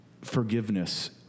forgiveness